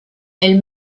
elle